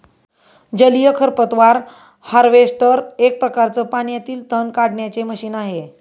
जलीय खरपतवार हार्वेस्टर एक प्रकारच पाण्यातील तण काढण्याचे मशीन आहे